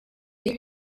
cane